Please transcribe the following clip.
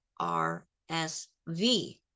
rsv